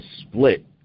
split